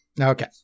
okay